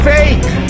Fake